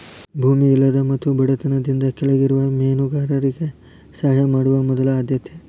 ಭೂಮಿ ಇಲ್ಲದ ಮತ್ತು ಬಡತನದಿಂದ ಕೆಳಗಿರುವ ಮೇನುಗಾರರಿಗೆ ಸಹಾಯ ಮಾಡುದ ಮೊದಲ ಆದ್ಯತೆ